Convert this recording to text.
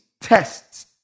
tests